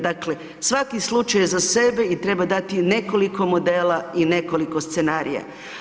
Dakle, svaki slučaj je za sebe i trebamo dati nekoliko modela i nekoliko scenarija.